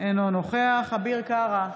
אינו נוכח אביר קארה,